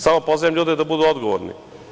Samo pozivam ljude da budu odgovorni.